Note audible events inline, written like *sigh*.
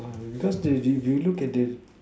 *noise* because it is if you look at this